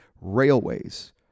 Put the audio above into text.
railways